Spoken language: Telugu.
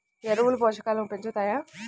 ఎరువులు పోషకాలను పెంచుతాయా?